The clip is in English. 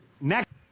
Next